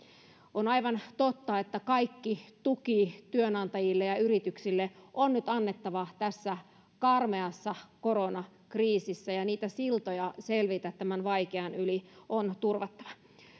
on aivan totta että kaikki tuki työnantajille ja yrityksille on nyt annettava tässä karmeassa koronakriisissä ja niitä siltoja selvitä tämän vaikean yli on turvattava